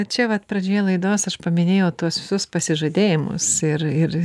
čia vat pradžioje laidos aš paminėjau tuos visus pasižadėjimus ir ir